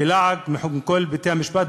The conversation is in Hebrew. ולעג לכל בתי-המשפט,